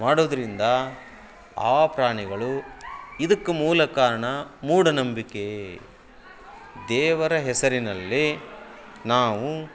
ಮಾಡೋದ್ರಿಂದ ಆ ಪ್ರಾಣಿಗಳು ಇದಕ್ಕೆ ಮೂಲ ಕಾರಣ ಮೂಢನಂಬಿಕೆ ದೇವರ ಹೆಸರಿನಲ್ಲಿ ನಾವು